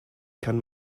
kann